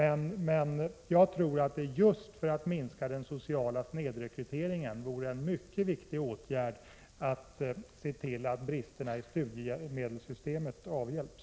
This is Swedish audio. En mycket viktig åtgärd för att minska den sociala snedrekryteringen vore att se till att bristerna i studiemedelssystemet avhjälps.